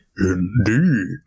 Indeed